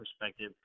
perspective